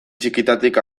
txikitatik